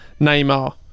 Neymar